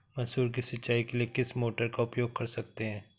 मसूर की सिंचाई के लिए किस मोटर का उपयोग कर सकते हैं?